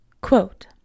quote